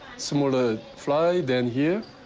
smaller fly than here.